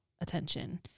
attention